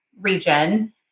region